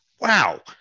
wow